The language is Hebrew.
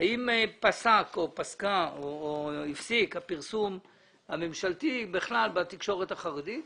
האם הפסיק הפרסום הממשלתי בכלל בתקשורת החרדית